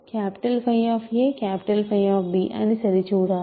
𝚽 అని సరిచూడాలి